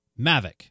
Mavic